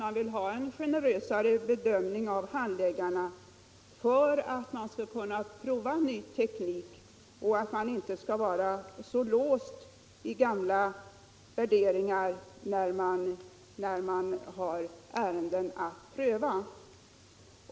Man vill ha en mera generös bedömning från handläggarna för att kunna pröva nya tekniker och inte vara så låst i gamla värderingar när ett ärende skall prövas.